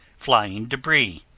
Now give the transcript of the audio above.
flying debris,